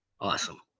awesome